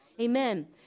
Amen